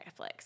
Netflix